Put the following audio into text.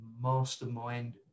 mastermind